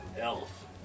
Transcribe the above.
elf